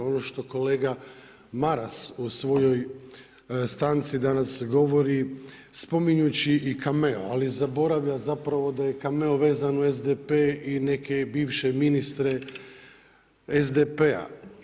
Ono što kolega Maras u svojoj stanci danas govori, spominjući i Cammeo, ali zaboravlja zapravo da je Cammeo vezan uz SDP i neke bivše ministre SDP-a.